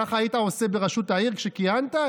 ככה היית עושה בראשות העיר כשכיהנת,